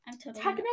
Technically